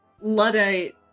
Luddite